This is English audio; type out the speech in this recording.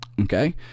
okay